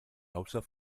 hauptstadt